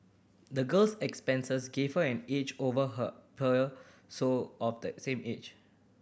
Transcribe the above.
the girl's experiences gave her an edge over her so of the same age